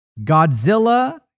Godzilla